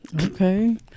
okay